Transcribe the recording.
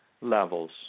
levels